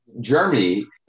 Germany